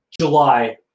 July